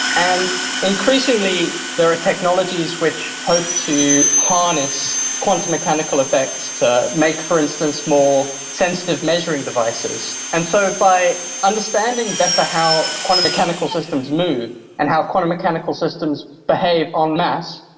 and increasingly there are technologies which hope to harness quantum mechanical effects, to make, for instance, more sensitive measuring devices. and so by understanding better how quantum mechanical systems move and how quantum mechanical systems behave en masse,